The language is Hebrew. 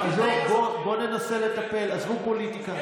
בוא ננסה לטפל, עזבו פוליטיקה.